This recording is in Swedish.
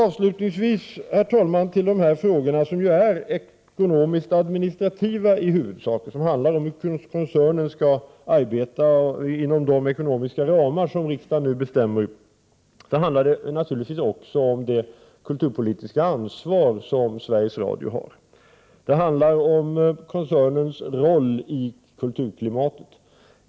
Avslutningsvis, herr talman, vill jag övergå till de frågor som i huvudsak är ekonomiskt administrativa och som handlar om hur koncernen skall arbeta inom de ekonomiska ramar som riksdagen nu skall fatta beslut om. Det handlar då naturligtvis även om det kulturpolitiska ansvar som Sveriges Radio har, och det handlar om koncernens roll i kulturklimatet.